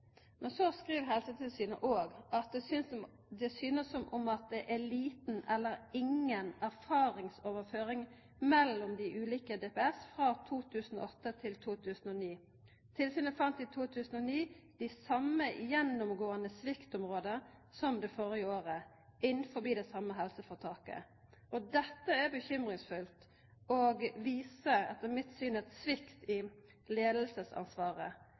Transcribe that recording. Men så skriv Helsetilsynet òg at det synest som om det er lita eller inga erfaringsoverføring mellom dei ulike DPS frå 2008 til 2009. Tilsynet fann i 2009 dei same gjennomgåande sviktområda som førre året, innanfor det same helseføretaket. Dette er bekymringsfullt og viser etter mitt syn ein svikt i